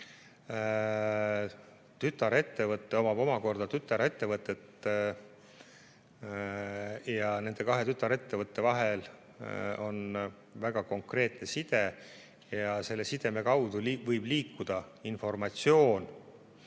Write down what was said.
tütarettevõte avab omakorda tütarettevõtte ja nende kahe tütarettevõtte vahel on väga konkreetne side ja selle sideme kaudu võib liikuda informatsioon